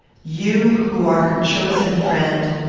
you, who are her chosen friend,